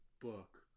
book